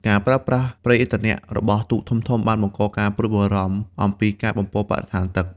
ការប្រើប្រាស់ ប្រេងឥន្ធនៈ របស់ទូកធំៗបានបង្កការព្រួយបារម្ភអំពីការបំពុលបរិស្ថានទឹក។